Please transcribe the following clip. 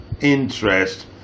interest